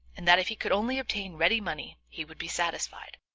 and that if he could only obtain ready money he would be satisfied,